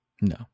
No